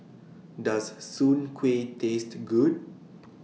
Does Soon Kueh Taste Good